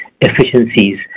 efficiencies